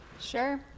Sure